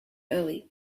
early